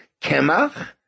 Kemach